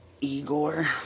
Igor